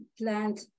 plant